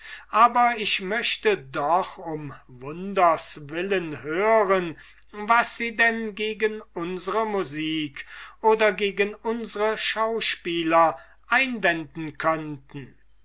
aber ich möchte doch um wunders willen hören was sie denn gegen unsre musik oder gegen unsre schauspieler einwenden könnten